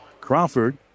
Crawford